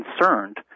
concerned